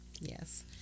yes